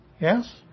Yes